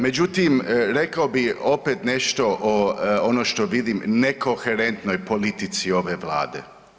Međutim, rekao bi opet nešto o ono što vidim nekoherentnoj politici ove vlade.